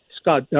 Scott